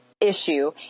issue